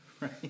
Right